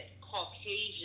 Caucasian